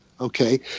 okay